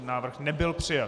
Návrh nebyl přijat.